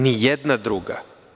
Ni jedna druga.